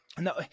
No